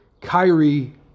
Kyrie